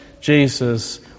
Jesus